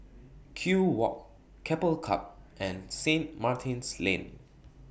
Kew Walk Keppel Club and Saint Martin's Lane